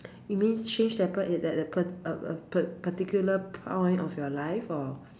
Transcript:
you means change that p~ that that pa~ uh uh pa~ particular point of your life or